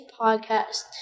Podcast